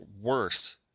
worse